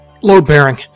load-bearing